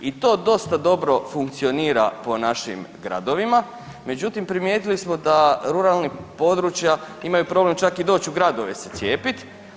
I to dosta dobro funkcionira po našim gradovima, međutim primijetili smo da ruralna područja imaju problem čak i problem doći u gradove se cijepit.